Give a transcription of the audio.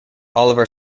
oliver